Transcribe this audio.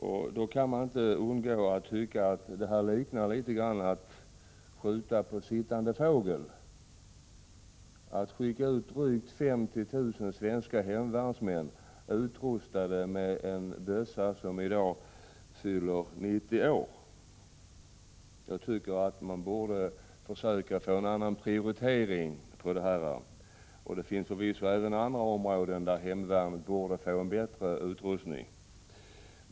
Därför kan jag inte undgå att säga att förhållandena får mig att tänka på uttrycket att skjuta på sittande fågel. Drygt 50 000 svenska hemvärnsmän är ju, som sagt, utrustade med en bössa som i dag fyller 90 år. Jag tycker därför att man borde försöka få till stånd en annan prioritering. Även i andra avseenden borde hemvärnet förvisso få en bättre utrustning.